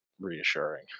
reassuring